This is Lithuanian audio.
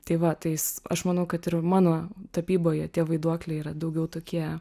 tai va tais aš manau kad ir mano tapyboje tie vaiduokliai yra daugiau tokie